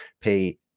pay